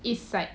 east side